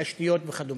ותשתיות וכדומה.